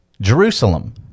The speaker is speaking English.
Jerusalem